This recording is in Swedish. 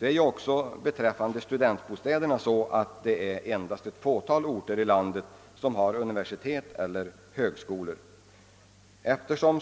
Inte heller studentbostäder förekommer ju inom så många kommuner, eftersom endast ett fåtal orter i landet har universitet eller högskolor.